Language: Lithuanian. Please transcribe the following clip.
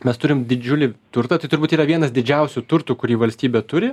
mes turim didžiulį turtą tai turbūt yra vienas didžiausių turtų kurį valstybė turi